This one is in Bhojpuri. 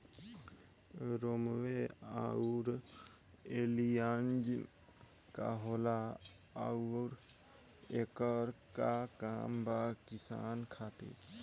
रोम्वे आउर एलियान्ज का होला आउरएकर का काम बा किसान खातिर?